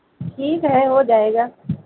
ठीक है हो जाएगा